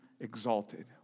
exalted